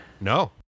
No